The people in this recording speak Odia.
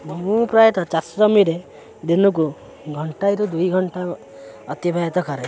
ମୁଁ ପ୍ରାୟତଃ ଚାଷ ଜମିରେ ଦିନକୁ ଘଣ୍ଟାଏରୁ ଦୁଇ ଘଣ୍ଟା ଅତିବାହିତ କରେ